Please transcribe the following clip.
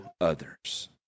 others